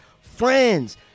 friends